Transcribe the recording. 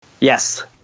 yes